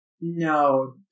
No